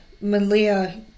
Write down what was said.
Malia